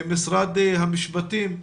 משרד המשפטים.